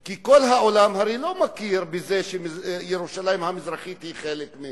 כי כל העולם הרי לא מכיר בזה שירושלים המזרחית היא חלק,